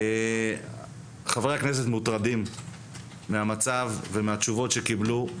חברי הכנסת מוטרדים מהמצב ומהתשובות שקיבלו,